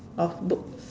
of book